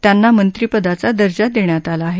त्यांना मंत्रिपदाचा दर्जा देण्यात आला आहे